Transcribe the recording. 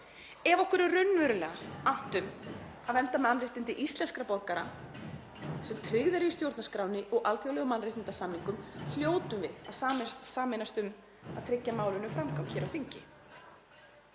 Ef okkur er raunverulega annt um að vernda mannréttindi íslenskra borgara sem tryggð eru í stjórnarskránni og alþjóðlegum mannréttindasamningum hljótum við að sameinast um að tryggja málinu framgang hér á þingi.